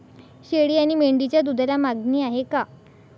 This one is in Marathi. शेळी आणि मेंढीच्या दूधाला मागणी आहे का?